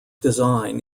design